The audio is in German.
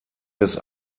des